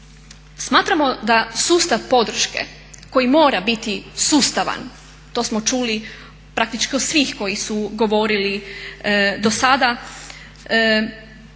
Smatramo da sustav podrške koji mora biti sustavan, to smo čuli praktički od svih koji su govorili do sada,